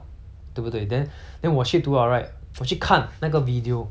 那个 video okay 我不用去问她 eh